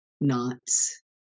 knots